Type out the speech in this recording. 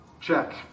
check